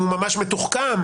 ואם הוא ממש מתוחכם.